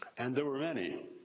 and there were many.